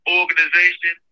organization